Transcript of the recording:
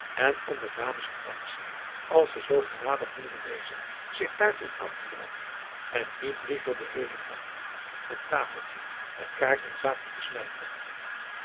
en om met dames te dansen als ze zoo genadig wilden wezen zich daartoe aan te melden en niet liever den heelen nacht aan een tafeltje met kaarten zaten te smijten